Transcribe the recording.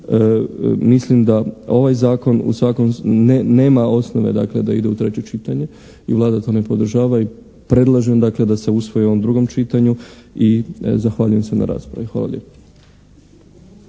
mislim da ovaj Zakonu u svakom, nema osnove dakle da ide u treće čitanje i Vlada to ne podržava i predlažem dakle da se usvoji u ovom drugom čitanju i zahvaljujem se na raspravi. Hvala lijepa.